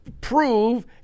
prove